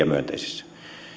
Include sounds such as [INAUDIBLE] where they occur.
[UNINTELLIGIBLE] myönteisissä